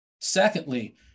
secondly